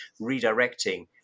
redirecting